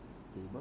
stable